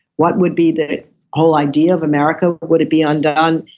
what would be the whole idea of america? would it be undone?